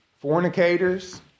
fornicators